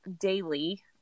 daily